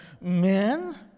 men